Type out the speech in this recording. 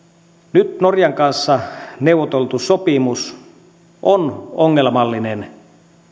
nyt norjan kanssa neuvoteltu sopimus on ongelmallinen